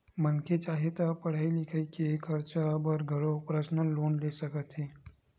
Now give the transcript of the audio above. मनखे चाहे ता पड़हई लिखई के खरचा बर घलो परसनल लोन ले सकत हे